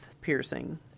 piercing